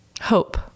hope